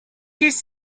his